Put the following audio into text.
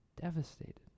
devastated